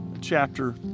chapter